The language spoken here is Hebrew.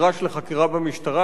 נדרש לחקירה במשטרה.